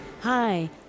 Hi